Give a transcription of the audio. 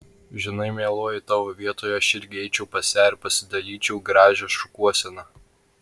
žinai mieloji tavo vietoje aš irgi eičiau pas ją ir pasidalyčiau gražią šukuoseną